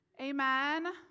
Amen